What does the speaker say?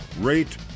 rate